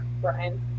Brian